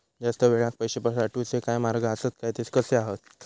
जास्त वेळाक पैशे साठवूचे काय मार्ग आसत काय ते कसे हत?